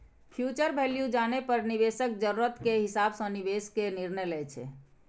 future value जानै पर निवेशक जरूरत के हिसाब सं निवेश के निर्णय लै छै